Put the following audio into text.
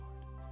Lord